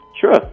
Sure